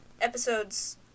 episodes